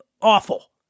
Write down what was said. awful